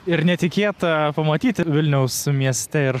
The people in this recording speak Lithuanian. ir netikėta pamatyti vilniaus mieste ir